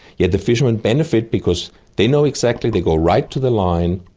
yet the fisherman benefit because they know exactly. they go right to the line.